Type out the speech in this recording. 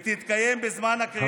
ותתקיים בזמן הקריאה השלישית,